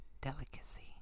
Delicacy